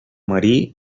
marí